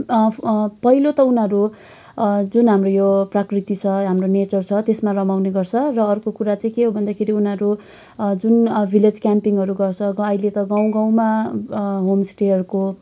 पहिलो त उनीहरू जुन हाम्रो यो हाम्रो प्रकृत्ति छ हाम्रो नेचर छ त्यसमा रमाउने गर्छ र अर्को कुरा चाहिँ के हो भनेदेखि उनीहरू जुन भिलेज क्याम्पिनहरू गर्छ अहिले त गाउँ गाउँमा अँ होमस्टेहरूको